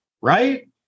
right